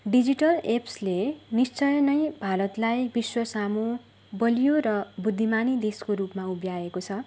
digital एप्सले निश्चय नै भारतलाई विश्व सामु बलियो र बुद्धिमानी देशको रूपमा उभ्याएको छ